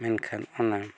ᱢᱮᱱᱠᱷᱟᱱ ᱚᱱᱟ